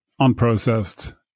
unprocessed